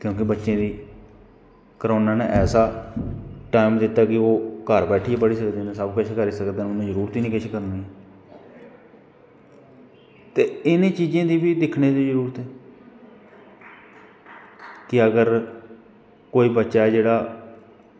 ते अग्गें बच्चें गी करोना ने ऐसा टैंम दित्ता की ओह् घर बैठियै पढ़ी सकदे न सब सकिश करी सकदे न उनें जरूरत गै नी किश करने दी ते इनें चीजें गी बी दिक्खने दी बी जरूरत ऐ ते अगर कोई बच्चा जेह्ड़ा